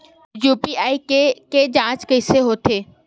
UPI के के जांच कइसे होथे?